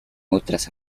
otras